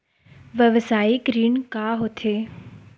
व्यवसायिक ऋण का होथे?